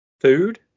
food